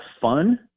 fun